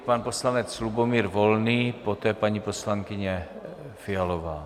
Pan poslanec Lubomír Volný, poté paní poslankyně Fialová.